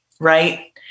Right